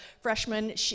freshman